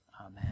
Amen